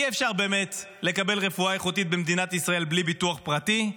אי-אפשר באמת לקבל רפואה איכותית במדינת ישראל בלי ביטוח פרטי.